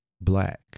black